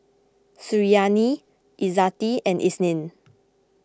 Suriani Izzati and Isnin